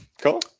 Cool